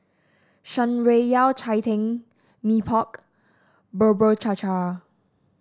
Shan Rui Yao Cai Tang Mee Pok Bubur Cha Cha